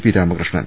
P Rama Krishnan